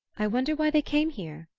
i wonder why they came here?